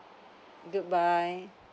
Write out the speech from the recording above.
goodbye